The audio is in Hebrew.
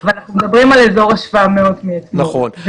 אנחנו מדברים על אזור ה-700 מאתמול.